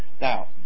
Now